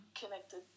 connected